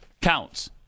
counts